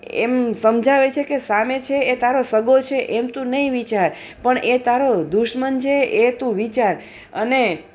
એમ સમજાવે છે કે સામે છે એ તારો સગો છે એમ તું નહીં વિચાર પણ એ તારો દુશ્મન છે એ તું વિચાર અને